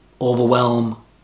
overwhelm